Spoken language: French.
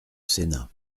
sénat